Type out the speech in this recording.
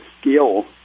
skill